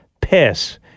piss